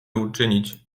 uczynić